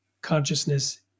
consciousness